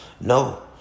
No